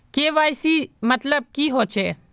KYC मतलब की होचए?